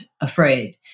afraid